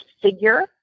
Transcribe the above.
figure